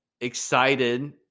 excited